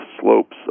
slopes